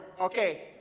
okay